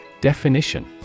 Definition